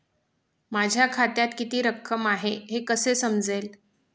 माझ्या खात्यात किती रक्कम आहे हे कसे समजेल?